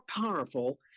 powerful